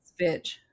bitch